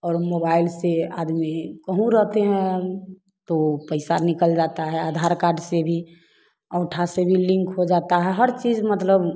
और मोबाइल से आदमी कहूँ रहते हैं तो पईसा निकल जाता है आधार कार्ड से भी अंगूठा से भी लिंक हो जाता है हर चीज मतलब